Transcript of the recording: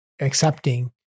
accepting